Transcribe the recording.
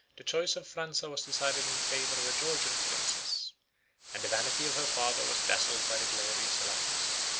the choice of phranza was decided in favor of a georgian princess and the vanity of her father was dazzled by the glorious alliance.